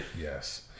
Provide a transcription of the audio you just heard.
Yes